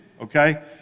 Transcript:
okay